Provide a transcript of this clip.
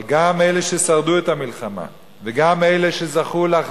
אבל גם אלה ששרדו את המלחמה,